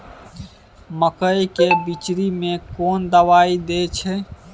मकई के बिचरी में कोन दवाई दे छै?